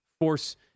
force